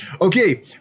Okay